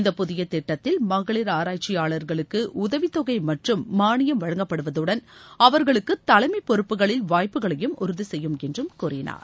இந்த புதிய திட்டத்தில் மகளிர் ஆராய்ச்சியாளர்களுக்கு உதவித் தொகை மற்றம் மானியம் வழங்கப்படுவதுடன் அவர்களுக்கு தலைமை பொறுப்புகளில் வாய்ப்புகளையும் உறுதி செய்யும் என்று கூறினார்